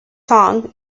song